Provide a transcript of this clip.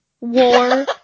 war